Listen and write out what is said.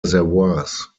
reservoirs